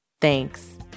Thanks